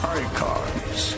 icons